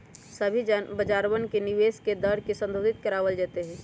सभी बाजारवन में निवेश के दर के संशोधित करावल जयते हई